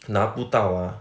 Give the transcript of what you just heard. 拿不到 ah